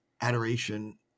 adoration